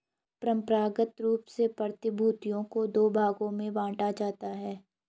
परंपरागत रूप से प्रतिभूतियों को दो भागों में बांटा जाता है